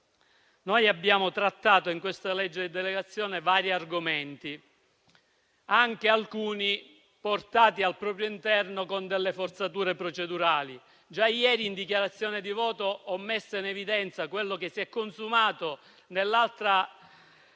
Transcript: abbiamo trattato, in questa legge di delegazione, vari argomenti, alcuni portati al suo interno con delle forzature procedurali. Già ieri in dichiarazione di voto ho messo in evidenza quello che si è consumato nell'altro